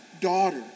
daughter